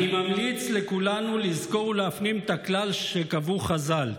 אני ממליץ לכולנו לזכור ולהפנים את הכלל שקבעו חז"ל: